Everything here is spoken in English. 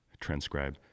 transcribe